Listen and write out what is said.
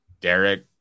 Derek